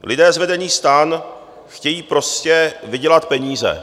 Lidé z vedení STAN chtějí prostě vydělat peníze.